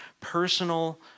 personal